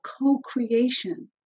co-creation